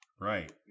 Right